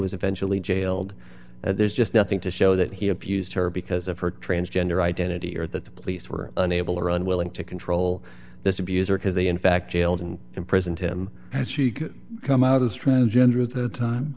was eventually jailed there's just nothing to show that he abused her because of her transgender identity or that the police were unable or unwilling to control this abuser because they in fact jailed and imprisoned him come out as transgender at the time